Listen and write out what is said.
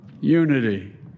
unity